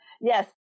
Yes